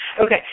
Okay